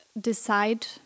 decide